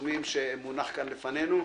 העיצומים שמונח כאן לפנינו.